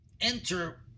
enter